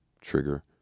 trigger